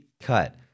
cut